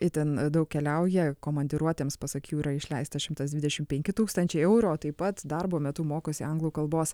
itin daug keliauja komandiruotėms pasak jų yra išleista šimtas dvidešim penki tūkstančiai eurų o taip pat darbo metu mokosi anglų kalbos